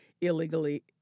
illegally